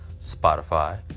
Spotify